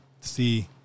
see